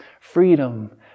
freedom